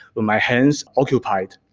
with my hands occupied.